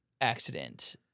accident